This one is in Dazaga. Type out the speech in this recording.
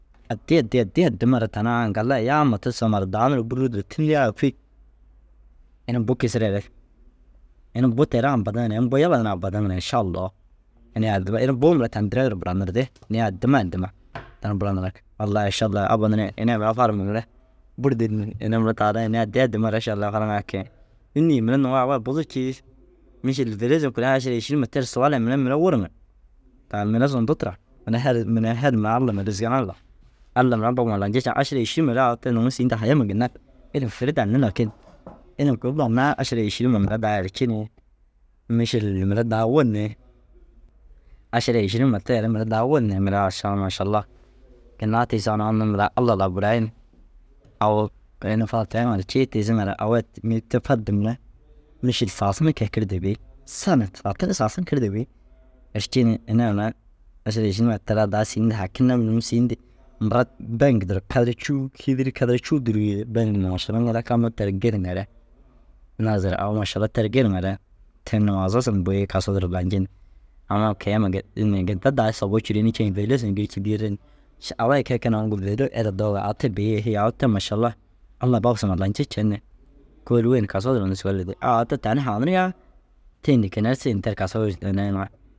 Addii addii addiimare tani au aŋkalle ai yaa mata tiisoo na mara dau nuruu bûrru duro tînirigaa ye ai ye kûi ini bu kisireere ini bu teere ampadiŋire ye ini bu yala niraa ampadiŋire inšallau ini addima ini buu mire tani direegi ru buranirdi. Inii addima addima tani bura nirig Allai inšalla abba niree ini ai mere farima mire bur dîl ni ini mire taarai ini addii addimare šallaha fariŋaa kee « înni? » yi, mire nuŋu au ai buzu ciir mîšil dêrezem karayiŋaa ši êširi ter suwal ai mire mire ru wur ŋa ru tar mire zuntu tira. Mire her mire her ma Alla ma Alla mire i bab huma lanci cen ašra êširimare au te nuŋu haya ma ginna ilim kuri danni lakin. Ilim kuri dannaa ašara êširima mire daa erci mîšil mire daa wun ni ašara êširima tee re mire daa wun ni mire ašaa mašalla. Kinaa tiisoo na unnu mire Alla lau burai ni au ini fatayiŋa raa cii tiisiŋare au ai mêri te fade mire mîšil saasin kee kiride bêi. Sana saasin saasin kirde bêi. Erci ni ini ai mire ašara êširima te raa daa sîinu hakine nuŋu sîin di mura beŋgi duro kadara cûu kîdiri kadara cûu dûrugii baŋgi huma mašalla ŋila kan teri girŋare naazire ai mašalla teri girŋare ten ni maaza sin bu- i kasuu duro lanjin amma ke- i ma gen inii gede daa sobou cûroyinii ciŋa bêle sin gîrci dîi ri ni še au ai kee keenaa uŋgo bêlo era doogaa au te bêi yee? Hêe au te mašalla Alla bab suma lancin ni kôoli wêen kasuu duro a au te tani haaniriŋaa te înni kiner siin kasuu ru ineyiŋaa